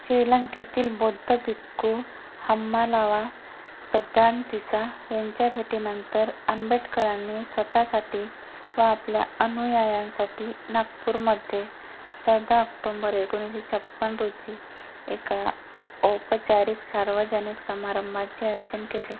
श्रीलंकेतील बौद्ध भिक्कू हम्मालावा सद्दांतिसा यांच्या भेटीनंतर आंबेडकरांनी स्वत साठी व आपल्या अनुयायांसाठी नागपूरमध्ये चौदा ऑक्टोंबर एकोणिसशे छप्पन रोजी एका औपचारिक सार्वजनिक समारंभाचे आयोजन केले